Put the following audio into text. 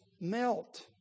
melt